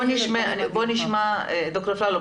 ד"ר אפללו,